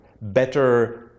better